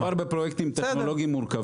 מדובר בפרויקטים טכנולוגיים מורכבים.